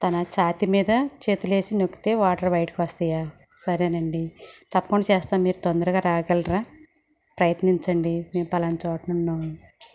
తన ఛాతి మీద చేతులేసి నొక్కితే వాటర్ బయటికి వస్తాయా సరేనండి తప్పకుండా చేస్తాం మీరు తొందరగా రాగలరా ప్రయత్నించండి మేం పలాన చోటన ఉన్నాం